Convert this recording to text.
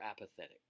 apathetic